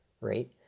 right